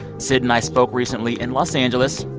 syd and i spoke recently in los angeles.